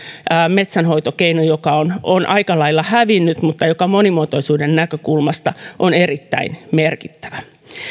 metsänhoitokeino joka on on aika lailla hävinnyt mutta joka monimuotoisuuden näkökulmasta on erittäin merkittävä